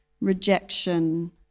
rejection